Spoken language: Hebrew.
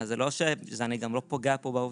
כך שאני לא פוגע כאן בעובדים.